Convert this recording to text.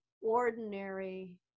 ordinary